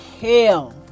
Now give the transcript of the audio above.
hell